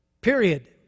Period